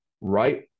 Right